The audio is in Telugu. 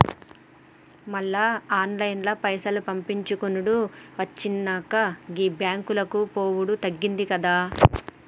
మళ్ల ఆన్లైన్ల పైసలు పంపిచ్చుకునుడు వచ్చినంక, గీ బాంకులకు పోవుడు తప్పిందిగదా